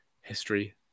history